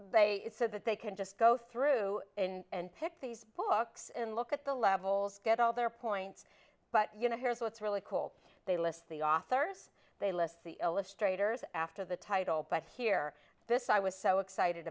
they said that they can just go through and pick these books and look at the levels get all their points but you know here's what's really cool they list the authors they list the illustrators after the title but here this i was so excited